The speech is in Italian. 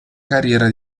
carriera